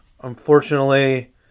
unfortunately